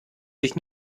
sich